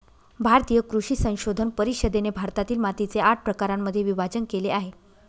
भारतीय कृषी संशोधन परिषदेने भारतातील मातीचे आठ प्रकारांमध्ये विभाजण केले आहे